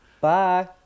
Bye